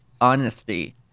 honesty